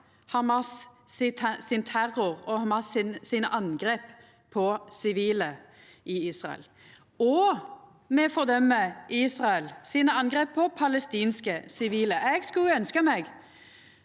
Hamas sin terror og Hamas sine angrep på sivile i Israel, og me fordømer Israel sine angrep på palestinske sivile. Eg skulle ønskje